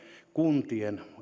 kuntien